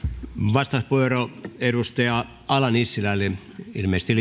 vastauspuheenvuoro edustaja ala nissilälle ilmeisesti